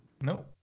No